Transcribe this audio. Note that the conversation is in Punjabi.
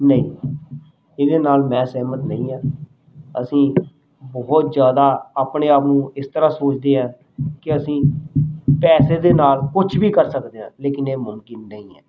ਨਹੀਂ ਇਹਦੇ ਨਾਲ ਮੈਂ ਸਹਿਮਤ ਨਹੀਂ ਹਾਂ ਅਸੀਂ ਬਹੁਤ ਜ਼ਿਆਦਾ ਆਪਣੇ ਆਪ ਨੂੰ ਇਸ ਤਰ੍ਹਾਂ ਸੋਚਦੇ ਹਾਂ ਕਿ ਅਸੀਂ ਪੈਸੇ ਦੇ ਨਾਲ ਕੁਝ ਵੀ ਕਰ ਸਕਦੇ ਹਾਂ ਲੇਕਿਨ ਇਹ ਮੁਮਕਿਨ ਨਹੀਂ ਹੈ